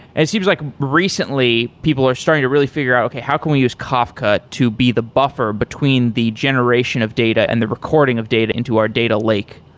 it seems like recently, people are starting to really figure out, okay, how can we use kafka to be the buffer between the generation of data and the recording of data into our data lake?